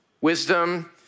wisdom